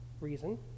reason